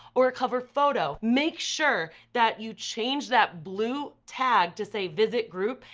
or a cover photo, make sure that you change that blue tab to say visit group,